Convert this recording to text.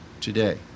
today